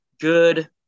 good